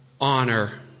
honor